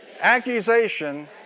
accusation